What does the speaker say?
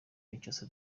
kinshasa